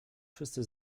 wszyscy